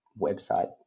website